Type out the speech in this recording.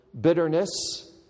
bitterness